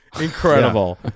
incredible